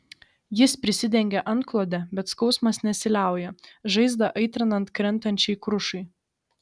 jis prisidengia antklode bet skausmas nesiliauja žaizdą aitrinant krentančiai krušai